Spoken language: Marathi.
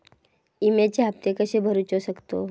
विम्याचे हप्ते कसे भरूचो शकतो?